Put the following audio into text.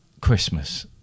Christmas